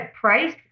price